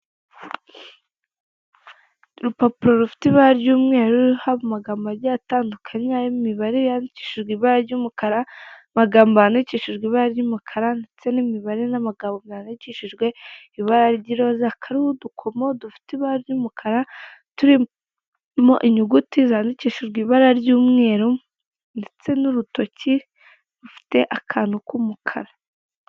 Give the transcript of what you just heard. Urupapuro rufite ibara ry'umweru ruriho amagambo agiye atandukanye arimo imibare yandikishijwe ibara ry'umukara, magambo yandikishijwe ibara ry'umukara, ndetse n'imibare n'amagambo yanyandikishijwe ibara ry'iroza, karimo udukomo dufite ibara ry'umukara turimo inyuguti zandikishijwe ibara ry'umweru, ndetse n'urutoki rufite akantu k'umukara.